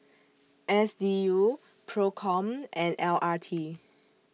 S D U PROCOM and L R T